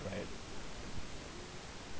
right right